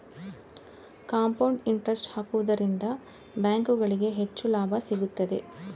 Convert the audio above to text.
compound interest ಹಾಕುವುದರಿಂದ ಬ್ಯಾಂಕುಗಳಿಗೆ ಹೆಚ್ಚು ಲಾಭ ಸಿಗುತ್ತದೆ